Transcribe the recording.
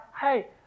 Hey